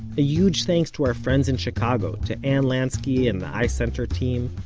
a huge thanks to our friends in chicago to anne lanski and the icenter team,